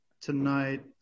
tonight